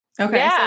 Okay